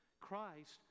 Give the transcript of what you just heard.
Christ